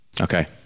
Okay